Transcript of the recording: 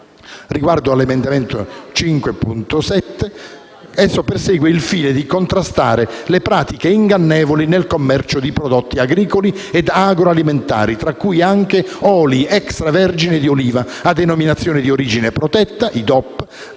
tutelati. L'emendamento 5.7 persegue il fine di contrastare le pratiche ingannevoli nel commercio di prodotti agricoli e agroalimentari, tra cui anche oli extravergini di oliva, a denominazione di origine protetta (DOP),